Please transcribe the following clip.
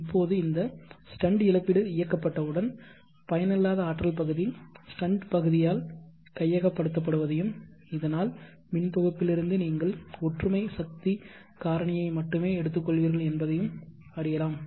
இப்போது இந்த ஸ்டண்ட் இழப்பீடு இயக்கப்பட்டவுடன் பயனில்லாத ஆற்றல் பகுதி ஸ்டண்ட் பகுதியால் கையகப்படுத்தப்படுவதையும் இதனால் மின் தொகுப்பிலிருந்து நீங்கள் ஒற்றுமை சக்தி காரணியை மட்டுமே எடுத்துக் கொள்வீர்கள் என்பதையும் அறியலாம்